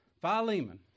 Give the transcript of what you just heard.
Philemon